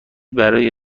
برای